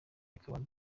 akabanza